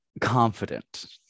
confident